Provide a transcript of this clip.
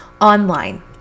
online